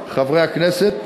חברי הכנסת,